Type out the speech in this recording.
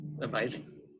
amazing